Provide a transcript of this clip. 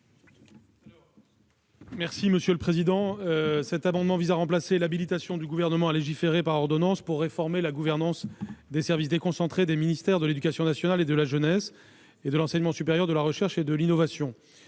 est à M. le ministre. Cet amendement vise à remplacer l'habilitation- supprimée par la commission -du Gouvernement à légiférer par ordonnance pour réformer la gouvernance des services déconcentrés des ministères de l'éducation nationale et de la jeunesse, et de l'enseignement supérieur, de la recherche et de l'innovation